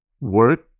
work